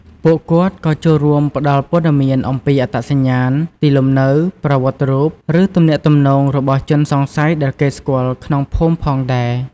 ពួកគាត់ក៏ចូលរួមផ្ដល់ព័ត៌មានអំពីអត្តសញ្ញាណ ទីលំនៅ ប្រវត្តិរូប ឬទំនាក់ទំនងរបស់ជនសង្ស័យដែលគេស្គាល់ក្នុងភូមិផងដែរ។